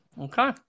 Okay